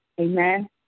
Amen